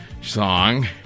song